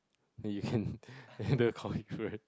that you can